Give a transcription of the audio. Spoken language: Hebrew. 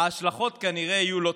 כנראה שההשלכות לא יהיו טובות.